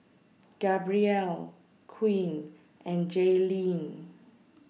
Gabrielle Queen and Jayleen